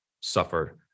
suffered